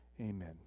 Amen